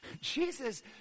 Jesus